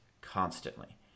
constantly